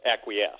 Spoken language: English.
acquiesce